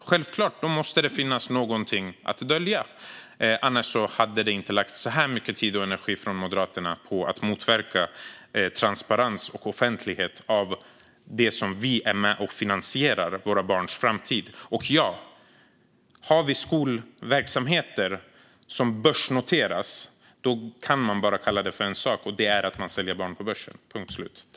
Självklart måste det då finnas någonting att dölja, annars hade det inte lagts så här mycket tid och energi från Moderaterna på att motverka transparens och offentlighet i det som vi är med och finansierar: våra barns framtid. Och ja: Har vi skolverksamheter som börsnoteras kan vi bara kalla det för en sak, och det är att man säljer barn på börsen - punkt slut.